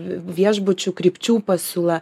viešbučių krypčių pasiūla